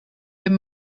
ben